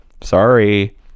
Sorry